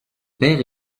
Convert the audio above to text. père